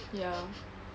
ya